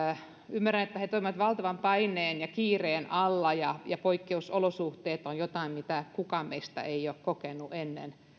ymmärrän että he toimivat valtavan paineen ja kiireen alla ja ja poikkeusolosuhteet ovat jotain mitä kukaan meistä ei ole kokenut ennen